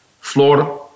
Florida